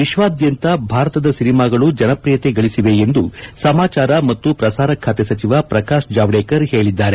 ವಿಶ್ವಾದ್ಯಂತ ಭಾರತದ ಸಿನಿಮಾಗಳು ಜನಪ್ರಿಯತೆ ಗಳಿಸಿವೆ ಎಂದು ಸಮಾಚಾರ ಮತ್ತು ಪ್ರಸಾರ ಸಚಿವ ಪ್ರಕಾಶ್ ಜಾವಡೇಕರ್ ಹೇಳಿದ್ದಾರೆ